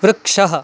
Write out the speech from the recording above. वृक्षः